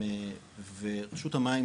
ורשות המים